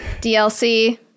DLC